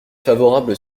favorable